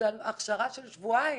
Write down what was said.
הכשרה של שבועיים.